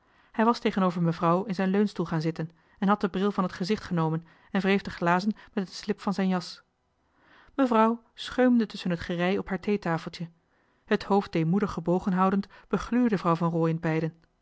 hij was tegenover mevrouw in zijn leunstoel gaan zitten en had den bril van het gezicht genomen en wreef de glazen met een slip van zijn jas mevrouw scheumde tusschen het gerei op haar thee tafeltje het hoofd deemoedig gebogen houdend begluurde vrouw van rooien beiden